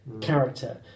Character